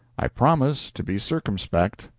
i promise to be circumspect,